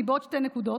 אני בעוד שתי נקודות,